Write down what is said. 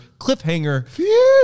cliffhanger